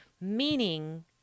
meaning